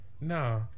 nah